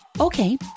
Okay